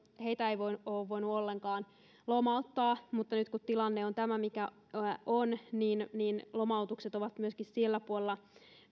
heitä ei ole voinut ollenkaan lomauttaa mutta nyt kun tilanne on tämä mikä on niin niin lomautukset ovat myöskin siellä puolella